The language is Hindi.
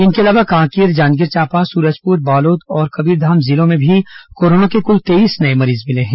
इनके अलावा कांकेर जांजगीर चांपा सूरजपुर बालोद और कबीरधाम जिलों में भी कोरोना के कुल तेईस नये मरीज मिले हैं